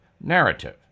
narrative